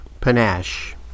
panache